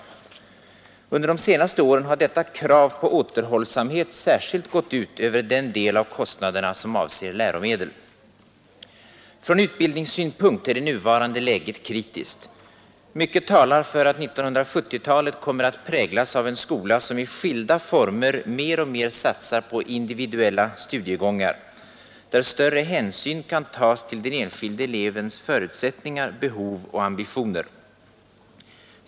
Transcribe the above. Under de senaste åren har detta krav på återhållsamhet särskilt gått ut över den del av kostnaderna som avser läromedel. Från utbildningssynpunkt är det nuvarande läget kritiskt. Mycket talar för att 1970-talet kommer att präglas av en skola, som i skilda former mer och mer satsar på individuella studiegångar, där större hänsyn kan tas till den enskilde elevens förutsättningar, behov och ambitioner.